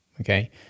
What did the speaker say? okay